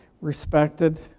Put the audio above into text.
respected